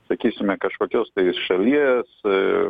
sakysime kažkokios šalies